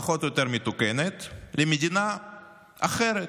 פחות או יותר מתוקנת למדינה אחרת,